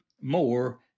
more